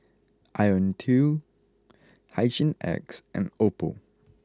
Ionil T Hygin X and Oppo